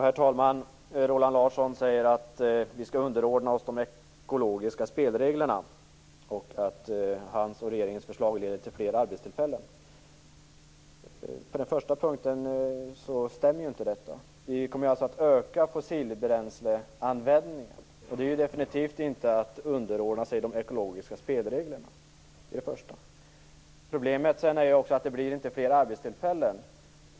Herr talman! Roland Larsson säger att vi skall underordna oss de ekologiska spelreglerna. Han säger också att hans och regeringens förslag leder till fler arbetstillfällen. På den första punkten stämmer det inte. Användningen av fossilbränslen kommer att öka. Det är definitivt inte att underordna sig de ekologiska spelreglerna. Problemet är också att det inte blir fler arbetstillfällen.